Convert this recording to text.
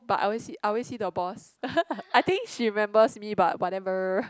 but I always see I always see the boss I think she remembers me but whatever